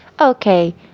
Okay